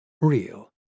real